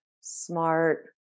smart